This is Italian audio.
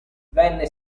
venne